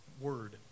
word